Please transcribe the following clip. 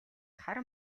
хар